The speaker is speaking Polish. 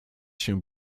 się